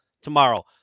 tomorrow